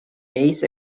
ace